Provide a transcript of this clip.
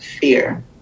fear